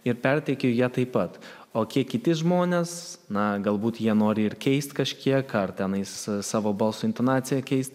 ir perteikiu ją taip pat o kiek kiti žmonės na galbūt jie nori ir keist kažkiek ar tenais savo balso intonaciją keist